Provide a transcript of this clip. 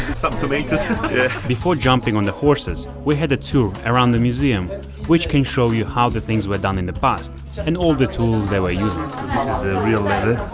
some tomatoes before jumping on the horses we had a tour around the museum which can show you how the things were done in the past and all the tools they were using this is real leather